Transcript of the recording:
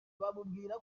bamubwira